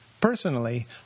Personally